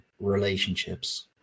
relationships